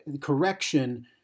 correction